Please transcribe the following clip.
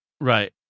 Right